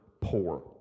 poor